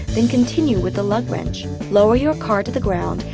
then continue with the lug wrench. lower your car to the ground,